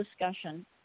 discussion